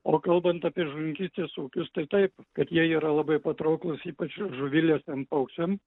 o kalbant apie žuvininkystės ūkius tai taip kad jie yra labai patrauklūs ypač žuvilesiam paukščiam